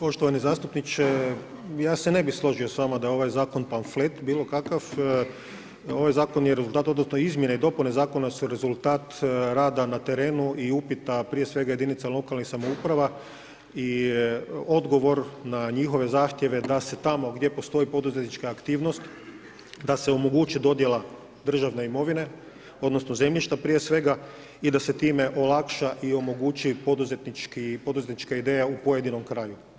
Poštovani zastupniče, ja se ne bi složio s vama da je ovaj zakon pamflet bilo kakav, ovaj zakon je rezultat, odnosno, izmjene i dopuna zakona su rezultat rada na terenu i upita, prije svega jedinica lokalnih samouprava i odgovor na njihove zahtjeve, da se tamo, gdje postoji poduzetnička aktivnost, da se omogući dodjela državne imovine, odnosno, zemljište prije svega i da se time olakša i omogućiti poduzetnička ideja u pojedinom kraju.